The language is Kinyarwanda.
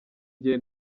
gihe